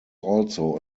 also